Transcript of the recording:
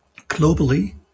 globally